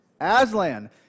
Aslan